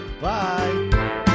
Bye